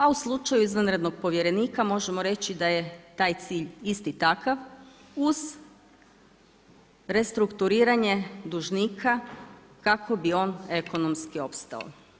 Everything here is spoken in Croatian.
A u slučaju izvanrednog povjerenika možemo reći da je taj cilj isti takav uz restrukturiranje dužnika kako bi on ekonomski opstao.